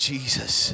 Jesus